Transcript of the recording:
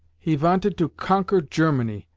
he vanted to conquer germany,